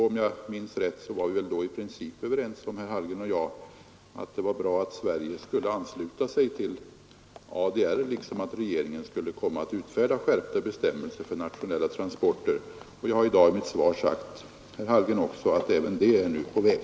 Om jag minns rätt var vi då i princip överens om att det var bra att Sverige skulle ansluta sig till ADR liksom att regeringen skulle komma att utfärda skärpta bestämmelser för internationella transporter. Jag har i dag i mitt svar sagt herr Hallgren att även detta nu är på väg.